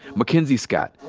mackenzie scott,